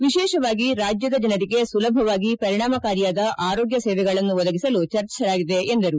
ವಿಶೇಷವಾಗಿ ರಾಜ್ಯದ ಜನರಿಗೆ ಸುಲಭವಾಗಿ ಪರಿಣಾಮಕಾರಿಯಾದ ಆರೋಗ್ಯ ಸೇವೆಗಳನ್ನು ಒದಗಿಸಲು ಚರ್ಚಿಸಲಾಗಿದೆ ಎಂದರು